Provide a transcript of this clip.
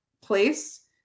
place